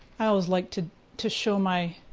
i always like to to show my